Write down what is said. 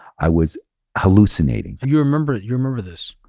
i was hallucinating. you remember you remember this?